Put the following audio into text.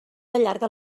allarga